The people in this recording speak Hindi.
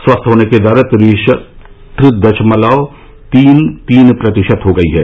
स्वस्थ होने की दर तिरसठ दशमलव तीन तीन प्रतिशत हो गई है